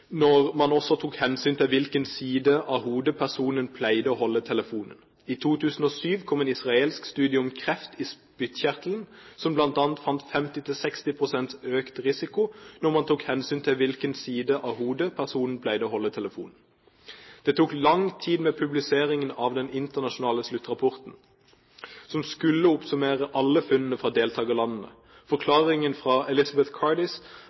når man også tok hensyn til hvilken side av hodet personen pleide å holde telefonen. I 2007 kom en israelsk studie om kreft i spyttkjertelen, som bl.a. fant 50–60 pst. økt risiko når man tok hensyn til hvilken side av hodet personen pleide å holde telefonen. Det tok lang tid med publiseringen av den internasjonale sluttrapporten, som skulle oppsummere alle funnene fra deltakerlandene. Forklaringen fra Elisabeth Cardis